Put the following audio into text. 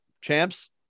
champs